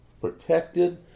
protected